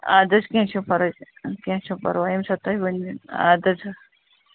اَدٕ حظ کیٚنٛہہ چھُنہٕ پَراے کیٚنٛہہ چھُنہٕ پَرواے ییٚمہِ ساتہٕ تُہۍ ؤنِو اَدٕ حظ